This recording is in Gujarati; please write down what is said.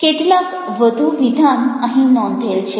કેટલાક વધુ વિધાન અહીં નોંધેલા છે